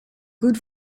good